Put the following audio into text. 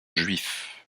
juifs